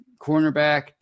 cornerback